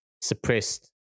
suppressed